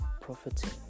profiting